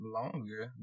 longer